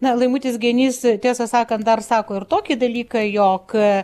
na laimutis genys tiesą sakant dar sako ir tokį dalyką jog